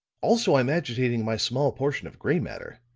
also i'm agitating my small portion of gray matter.